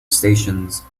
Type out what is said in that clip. stations